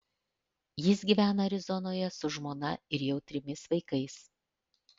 jis gyvena arizonoje su žmona ir jau trimis vaikais